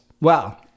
Wow